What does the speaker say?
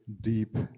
deep